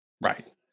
Right